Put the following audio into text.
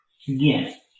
yes